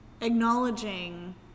acknowledging